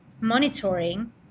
monitoring